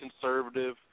conservative